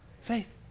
Faith